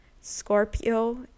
Scorpio